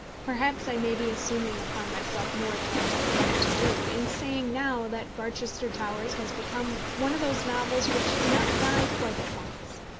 perhaps i may be assuming upon myself more than i have a right to do in saying now that barchester towers has become one of those novels which do not die quite at once,